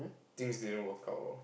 things didn't work out lor